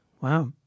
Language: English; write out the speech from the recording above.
Wow